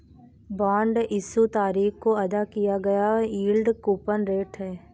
bond issue तारीख को अदा किया गया यील्ड कूपन रेट है